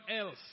else